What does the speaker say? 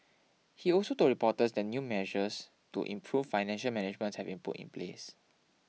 he also told reporters that new measures to improve financial managements have been put in place